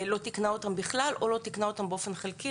לא תיקנה אותם בכלל או לא תיקנה אותם באופן חלקי.